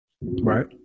Right